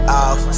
off